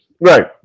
right